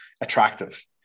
attractive